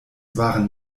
waren